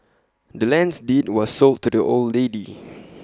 the land's deed was sold to the old lady